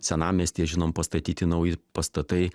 senamiestyje žinom pastatyti nauji pastatai